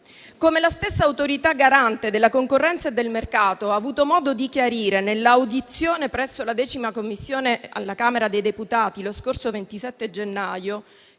dell'Autorità garante della concorrenza e del mercato ha avuto modo di chiarire nell'audizione presso la X Commissione della Camera dei deputati lo scorso 27 gennaio